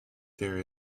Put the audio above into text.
there